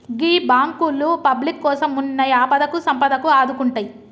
గీ బాంకులు పబ్లిక్ కోసమున్నయ్, ఆపదకు సంపదకు ఆదుకుంటయ్